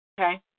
Okay